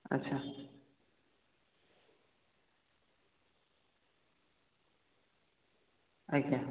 ଆଚ୍ଛା ଆଜ୍ଞା